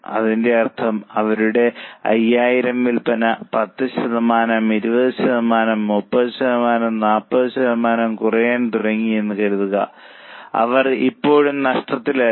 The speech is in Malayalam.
അതിന്റെ അർത്ഥം അവരുടെ 5000 വിൽപന 10 ശതമാനം 20 ശതമാനം 30 ശതമാനം 40 ശതമാനം കുറയാൻ തുടങ്ങിയെന്ന് കരുതുക അവർ ഇപ്പോഴും നഷ്ടത്തിലല്ല